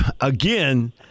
Again